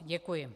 Děkuji.